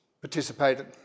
participated